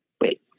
Wait